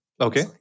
Okay